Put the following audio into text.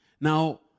Now